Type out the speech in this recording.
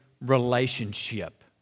relationship